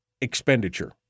expenditure